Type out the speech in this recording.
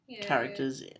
characters